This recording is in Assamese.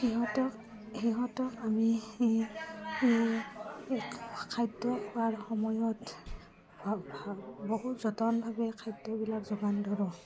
সিহঁতক সিহঁতক আমি খাদ্য খোৱাৰ সময়ত বহুত যতনভাৱে খাদ্যবিলাক যোগান ধৰোঁ